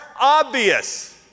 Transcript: obvious